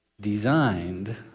designed